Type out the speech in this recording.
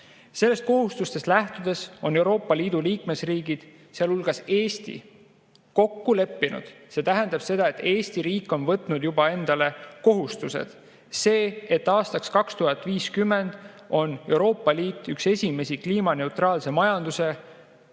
Nendest kohustusest lähtudes on Euroopa Liidu liikmesriigid, sealhulgas Eesti, kokku leppinud – see tähendab seda, et Eesti riik on võtnud juba endale kohustused – selles, et aastaks 2050 on Euroopa Liidu riigid ühed esimestest kliimaneutraalse majanduse ja